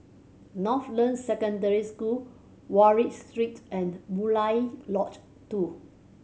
Northland Secondary School Wallich Street and Murai Lodge Two